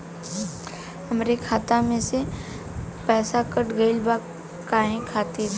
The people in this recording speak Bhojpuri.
हमरे खाता में से पैसाकट गइल बा काहे खातिर?